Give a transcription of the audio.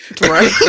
right